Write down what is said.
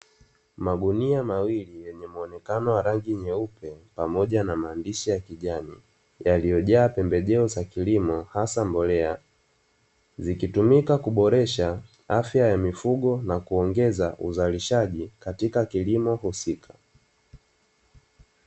Magunia mawili yenye mwonekano wa rangi nyeupe pamoja na maandishi ya kijani. Yaliyojaa pembejeo za kilimo haswa mbolea. Zikitumika kuboresha afya ya mifugo, na kuongeza uboreshaji katika kilimo husika.